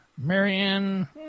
Marianne